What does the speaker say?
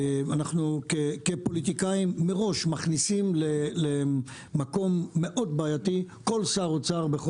אנחנו כפוליטיקאים מראש מכניסים למקום מאוד בעייתי כל שר אוצר.